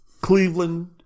Cleveland